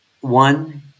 One